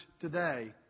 today